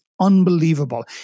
unbelievable